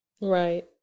Right